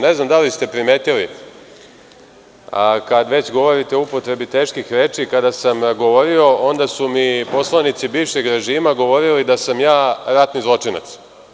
Ne znam da li ste primetili, ali kada već govorite o upotrebi teških reči, kada sam govorio, onda su mi poslanici bivšeg režima govorili da sam ja ratni zločinac.